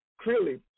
Clearly